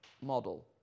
model